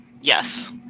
yes